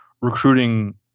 recruiting